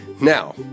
Now